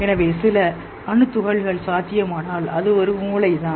எனவே சில அணு துகள்கள் சாத்தியமானால் அது ஒரு மூளைதான்